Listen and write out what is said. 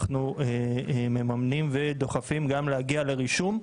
אנחנו מממנים ודוחפים גם להגיע לרישום,